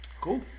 Cool